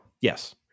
Yes